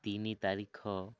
ତିନି ତାରିଖ